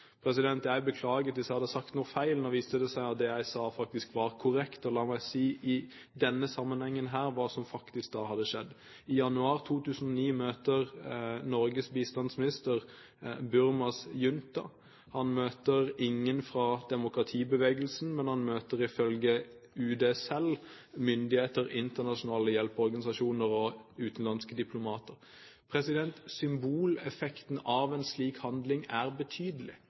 Jeg hadde beklaget hvis jeg hadde sagt noe feil. Nå viste det seg at det jeg faktisk sa, var korrekt. La meg i denne sammenhengen si hva som faktisk skjedde. I januar 2009 møtte Norges bistandsminister Burmas junta. Han møtte ingen fra demokratibevegelsen, men han møtte, ifølge UD selv, myndigheter, internasjonale hjelpeorganisasjoner og utenlandske diplomater. Symboleffekten av en slik handling er betydelig.